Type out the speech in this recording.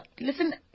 Listen